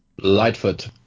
Lightfoot